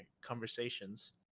conversations